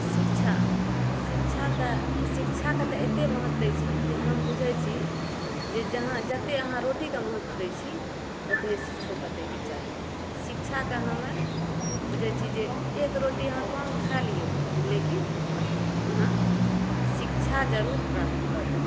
आओर शिक्षा शिक्षा तऽ शिक्षाके तऽ एतेक महत्व दै छी जे हम बुझै छी जे जहाँ अहाँ जतेक अहाँ रोटीके महत्व दै छी ओतबे शिक्षोके दैके चाही शिक्षाके हमे बुझै छी जे एक रोटी अहाँ कम खा लिऔ लेकिन अहाँ शिक्षा जरूर प्राप्त करू